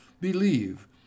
believe